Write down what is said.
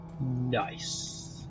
Nice